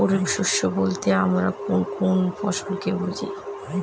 খরিফ শস্য বলতে আমরা কোন কোন ফসল কে বুঝি?